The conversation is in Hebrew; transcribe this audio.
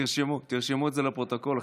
תרשמו את זה לפרוטוקול,